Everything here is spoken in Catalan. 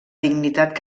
dignitat